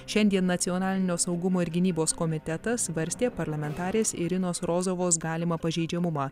šiandien nacionalinio saugumo ir gynybos komitetas svarstė parlamentarės irinos rozovos galimą pažeidžiamumą